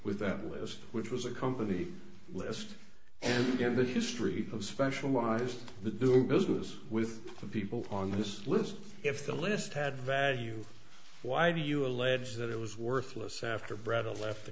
with that list which was a company list and again the history of specialized the doing business with people on this list if the list had value why do you allege that it was worthless after brattle left the